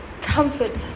comfort